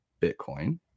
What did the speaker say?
bitcoin